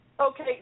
Okay